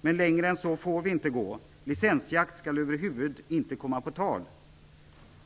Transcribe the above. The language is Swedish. Men längre än så får vi inte gå. Licensjakt skall över huvud taget inte komma på tal.